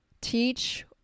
teach